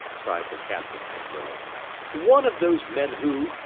cried the captain angrily one of those men who,